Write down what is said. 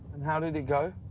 how'd it it go?